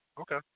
Okay